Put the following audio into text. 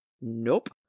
Nope